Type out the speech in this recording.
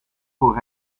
voor